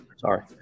Sorry